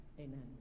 Amen